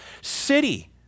city